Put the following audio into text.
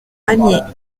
allier